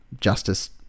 justice